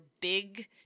big